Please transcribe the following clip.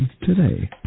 today